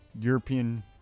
European